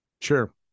Sure